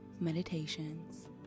meditations